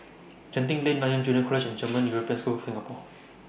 Genting Lane Nanyang Junior College and German European School Singapore